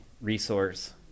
resource